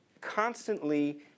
constantly